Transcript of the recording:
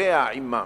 עמם.